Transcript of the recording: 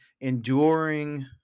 enduring